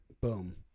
boom